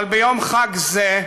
אבל ביום חג זה,